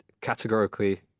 categorically